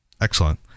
Excellent